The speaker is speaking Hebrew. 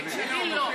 את שלי, לא.